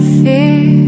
fear